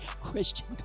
Christian